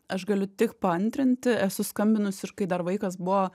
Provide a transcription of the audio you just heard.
aš galiu tik paantrinti esu skambinus ir kai dar vaikas buvo